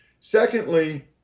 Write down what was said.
secondly